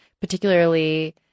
particularly